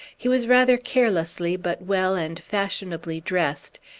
he was rather carelessly but well and fashionably dressed,